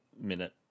minute